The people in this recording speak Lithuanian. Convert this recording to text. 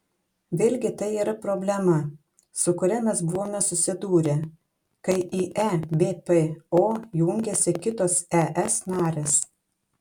vėlgi tai yra problema su kuria mes buvome susidūrę kai į ebpo jungėsi kitos es narės